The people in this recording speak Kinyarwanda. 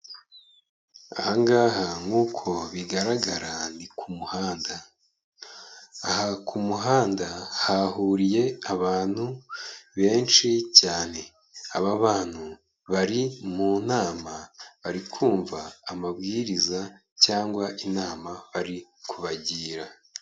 Aha ngaha nk'uko bigaragara ni ku muhanda, aha ku muhanda hahuriye abantu benshi cyane, aba bantu bari mu nama bari kumva amabwiriza cyangwa inama bari kubagira.